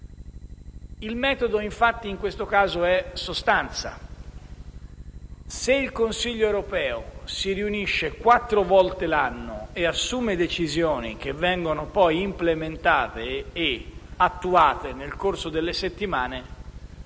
Il metodo, infatti, in questo caso è sostanza. Se il Consiglio europeo si riunisce quattro volte l'anno e assume decisioni che vengono poi implementate e attuate nel corso delle settimane